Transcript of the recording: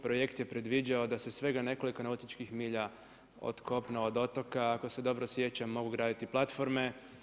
Projekt je predviđao da svega nekoliko nautičkih milja od kopna do otoka ako se dobro sjećam mogu graditi platforme.